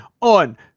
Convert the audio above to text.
on